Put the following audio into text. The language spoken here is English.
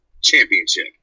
Championship